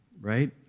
right